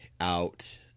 out